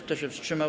Kto się wstrzymał?